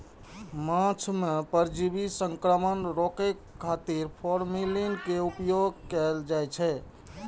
माछ मे परजीवी संक्रमण रोकै खातिर फॉर्मेलिन के उपयोग कैल जाइ छै